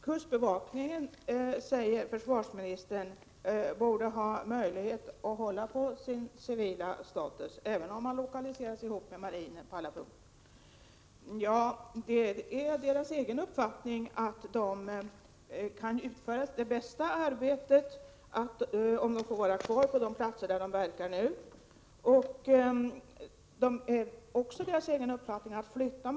Vid ett fingerat rättsfall i TV häromdagen framkom att en bilförare, som kört på och dödat ett barn och därefter smitit från olycksfallsplatsen, under körningen varit påverkad av narkotika. Under polisutredningen hade endast prov tagits för att utröna om föraren varit påverkad av alkohol.